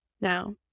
now